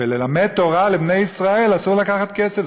למלמד תורה לבני ישראל אסור לקחת כסף,